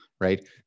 right